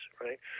right